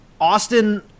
Austin